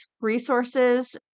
resources